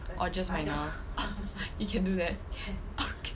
oh just minor oh you can do that okay